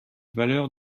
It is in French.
valeur